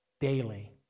daily